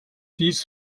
dies